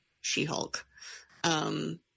She-Hulk